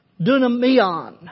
dunamion